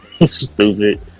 Stupid